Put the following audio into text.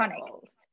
old